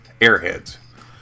Airheads